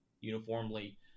uniformly